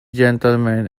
gentleman